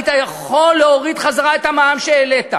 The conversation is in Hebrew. היית יכול להוריד חזרה את המע"מ שהעלית,